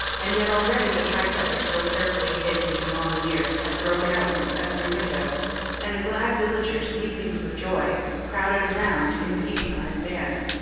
and yet already the tricolor, so carefully hid these long years, had broken out from every window and the glad villagers, weep ing for joy, crowded around, impeding our advance,